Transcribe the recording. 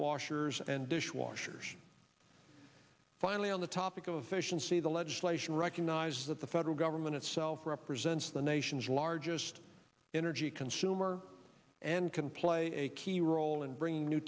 washers and dishwashers finally on the topic of fish and see the legislation recognizes that the federal government itself represents the nation's largest energy consumer and can play a key role in bringing new